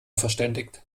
verständigt